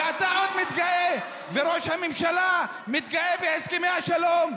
ואתה עוד מתגאה וראש הממשלה מתגאה בהסכמי השלום.